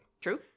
True